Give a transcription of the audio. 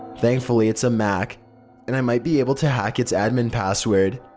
thankfully it's a mac and i might be able to hack it's admin password.